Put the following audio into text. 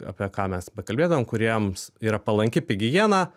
apie ką mes pakalbėdavom kuriems yra palanki pigi jena